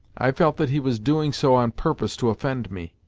i felt that he was doing so on purpose to offend me.